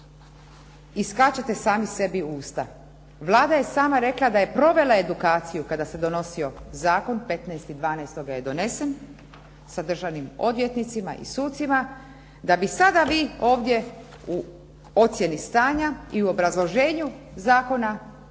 skačete sami sebi u usta. Vlada je sama rekla da je provela edukaciju kada se donosio zakon, 15. 12. je donesen sa državnim odvjetnicima i sucima da bi sada vi ovdje u ocjeni stanja i u obrazloženju zakona, prijedloga